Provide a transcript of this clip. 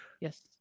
Yes